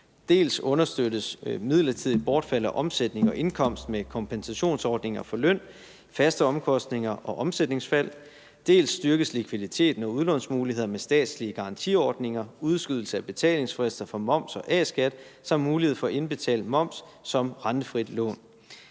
Dels understøttes midlertidigt bortfald af omsætning og indkomst med kompensationsordninger for løn, faste omkostninger og omsætningsfald, dels styrkes likviditeten og udlånsmulighederne med statslige garantiordninger, udskydelse af betalingsfrister for moms og A-skat samt mulighed for indbetalt moms som rentefrit lån.